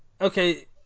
okay